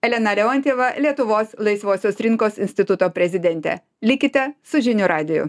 elena leontjeva lietuvos laisvosios rinkos instituto prezidentė likite su žinių radiju